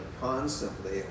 constantly